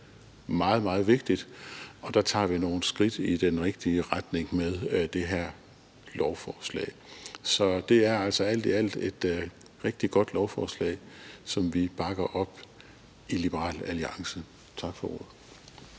meget, meget vigtigt. Der tager vi nogle skridt i den rigtige retning med det her lovforslag. Så det er altså alt i alt et rigtig godt lovforslag, som vi bakker op i Liberal Alliance. Tak for ordet.